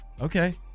Okay